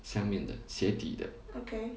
下面的鞋底的